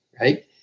right